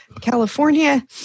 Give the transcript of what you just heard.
California